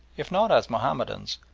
if not as mahomedans,